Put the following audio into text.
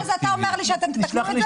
אתה אומר לי שאתם תתקנו את זה?